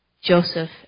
Joseph